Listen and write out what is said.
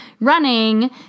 running